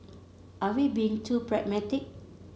are we being too pragmatic